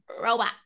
robot